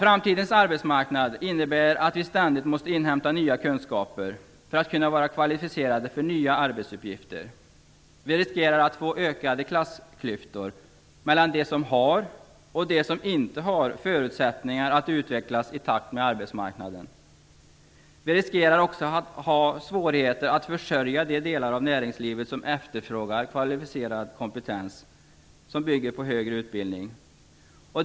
Framtidens arbetsmarknad innebär att vi ständigt måste inhämta nya kunskaper för att kunna vara kvalificerade för nya arbetsuppgifter. Vi riskerar att få ökade klassklyftor mellan dem som har och dem som inte har förutsättningarna att utvecklas i takt med arbetsmarknadens krav. Vi riskerar också att få svårigheter att försörja de delar av näringslivet som efterfrågar kvalificerad kompetens som bygger på högre utbildning.